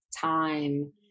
time